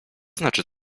znaczy